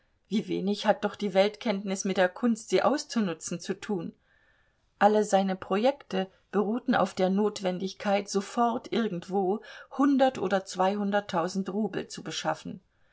wie wenig hat doch die weltkenntnis mit der kunst sie auszunutzen zu tun alle seine projekte beruhten auf der notwendigkeit sofort irgendwo hundert oder zweihunderttausend rubel zu beschaffen